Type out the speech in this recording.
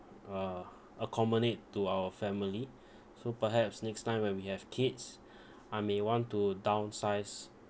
uh accommodate to our family so perhaps next time when we have kids I may want to downsize